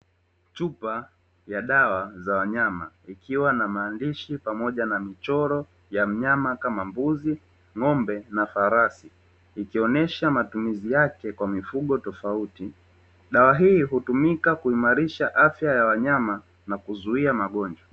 Chupa ya dawa za wanyama ikiwa na maandishi na michori ya mnayama kama; mbuzi, ngombe na farasi ikionesha matumizi yake kwa mifugo tofauti, dawa hii hutumika kuimarusha afya ya wanyama na kuzuia magonjwa.